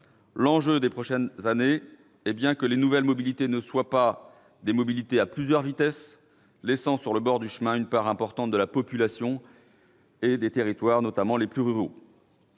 L'enjeu des prochaines années est bien que les nouvelles mobilités ne soient pas des mobilités à plusieurs vitesses, laissant sur le bord du chemin une part importante de la population et des territoires, notamment les plus ruraux.